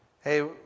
Hey